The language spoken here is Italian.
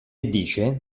dice